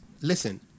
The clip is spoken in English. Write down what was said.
listen